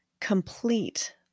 complete